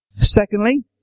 Secondly